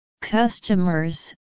customers